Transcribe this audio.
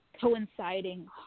coinciding